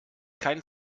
kein